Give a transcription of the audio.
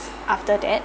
after that